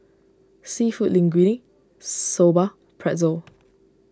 Seafood Linguine Soba Pretzel